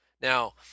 Now